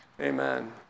Amen